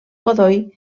godoy